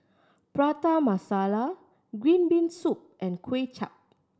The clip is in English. Prata Masala green bean soup and Kuay Chap